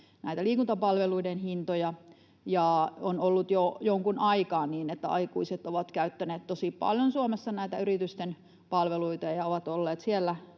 näitä liikuntapalveluiden hintoja. On ollut jo jonkun aikaa niin, että aikuiset ovat käyttäneet tosi paljon Suomessa näitä yritysten palveluita ja ovat olleet siellä